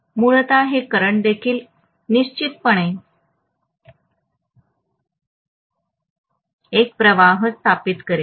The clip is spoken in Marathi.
मूलत हे करंट देखील निश्चितपणे एक प्रवाह स्थापित करेल